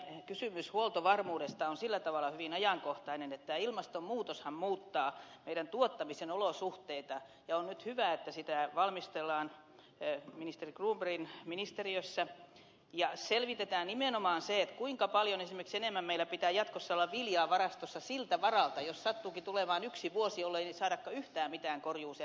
tämä kysymys huoltovarmuudesta on sillä tavalla hyvin ajankohtainen että ilmastonmuutoshan muuttaa meidän tuottamisemme olosuhteita ja on nyt hyvä että sitä valmistellaan ministeri cronbergin ministeriössä ja selvitetään nimenomaan esimerkiksi se kuinka paljon enemmän meillä pitää jatkossa olla viljaa varastossa siltä varalta että sattuukin tulemaan yksi vuosi jolloin ei saadakaan yhtään mitään korjuuseen